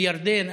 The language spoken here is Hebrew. בירדן,